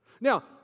Now